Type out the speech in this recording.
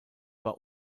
war